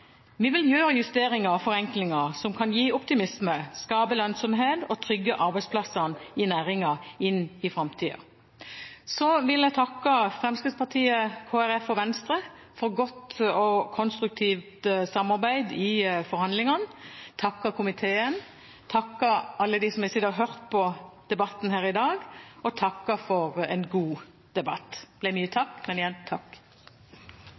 Vi vil gjøre justeringer og forenklinger som kan gi optimisme, skape lønnsomhet og trygge arbeidsplassene i næringen inn i framtida. Jeg vil takke Fremskrittspartiet, Kristelig Folkeparti og Venstre for godt og konstruktivt samarbeid i forhandlingene. Jeg vil også takke komiteen og alle dem som har sittet og hørt på debatten her i dag; takk for en god debatt. Det ble mye takk,